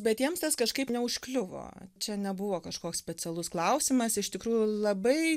bet jiems tas kažkaip neužkliuvo čia nebuvo kažkoks specialus klausimas iš tikrųjų labai